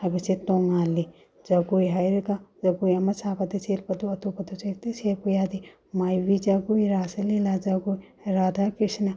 ꯍꯥꯏꯕꯁꯦ ꯇꯣꯡꯉꯥꯜꯂꯤ ꯖꯒꯣꯏ ꯍꯥꯏꯔꯒ ꯖꯒꯣꯏ ꯑꯃ ꯁꯥꯕꯗ ꯁꯦꯠꯄꯗꯣ ꯑꯇꯣꯞꯄꯗꯁꯨ ꯍꯦꯛꯇ ꯁꯦꯠꯄ ꯌꯥꯗꯦ ꯃꯥꯏꯕꯤ ꯖꯒꯣꯏ ꯔꯥꯁ ꯂꯤꯂꯥ ꯖꯒꯣꯏ ꯔꯥꯙꯥ ꯀ꯭ꯔꯤꯁꯅ